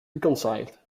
reconciled